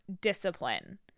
discipline